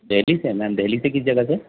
دہلی سے میم دہلی سے کس جگہ سے